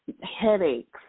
headaches